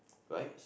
right